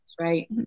right